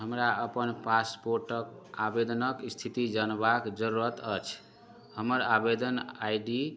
हमरा अपन पासपोर्टके आवेदनके इस्थिति जानबाके जरूरत अछि हमर आवेदन आइ डी